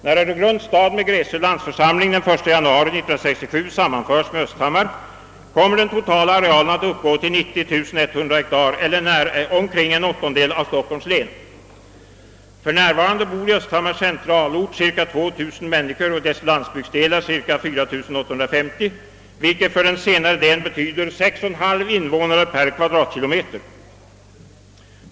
När Öregrunds stad med Gräsö landsförsamling den 1 januari 1967 sammanföres med Östhammar kommer den totala arealen att uppgå till 90 100 hektar eller nära en niondel av Stockholms län. För närvarande bor i Östhammars centralort cirka 2000 människor och i dess landsbygdsdelar cirka 4 850, vilket för den senare delen betyder 6,5 invånare per kvadratkilometer.